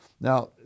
Now